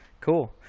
cool